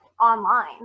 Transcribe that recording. online